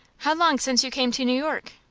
how long since you came to new york?